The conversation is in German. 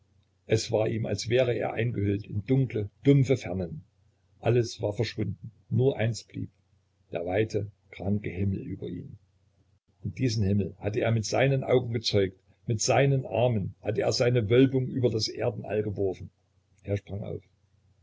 es war ihm als wäre er eingehüllt in dunkle dumpfe fernen alles war verschwunden nur eins blieb der weite kranke himmel über ihm und diesen himmel hatte er mit seinen augen gezeugt mit seinen armen hatte er seine wölbung über das erdenall geworfen er sprang auf